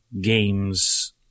games